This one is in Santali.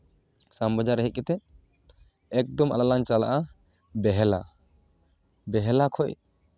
ᱥᱟᱢ ᱵᱟᱡᱟᱨ ᱨᱮ ᱦᱮᱡ ᱠᱟᱛᱮᱫ ᱮᱠᱫᱚᱢ ᱟᱞᱟᱝ ᱞᱟᱝ ᱪᱟᱞᱟᱜᱼᱟ ᱵᱮᱦᱟᱞᱟ ᱵᱮᱦᱟᱞᱟ ᱠᱷᱚᱱ